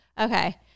Okay